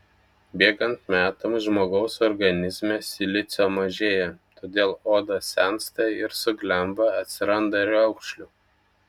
bėgant metams žmogaus organizme silicio mažėja todėl oda sensta ir suglemba atsiranda raukšlių